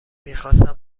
میخواستم